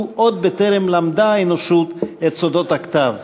עוד בטרם למדה האנושות את סודות הכתב.